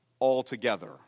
altogether